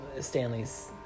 Stanley's